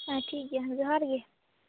ᱦᱮᱸ ᱴᱷᱤᱠ ᱜᱮᱭᱟ ᱡᱚᱦᱟᱨᱜᱮ